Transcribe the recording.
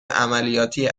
عملیاتی